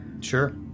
Sure